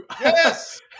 Yes